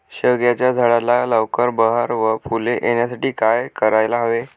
शेवग्याच्या झाडाला लवकर बहर व फूले येण्यासाठी काय करायला हवे?